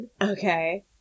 Okay